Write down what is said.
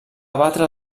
batre